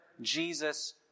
Jesus